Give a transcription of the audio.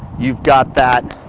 you've got that